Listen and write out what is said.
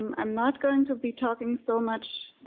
um i'm not going to be talking so much